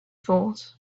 thought